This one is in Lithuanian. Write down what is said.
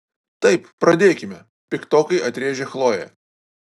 taip pradėkime piktokai atrėžė chlojė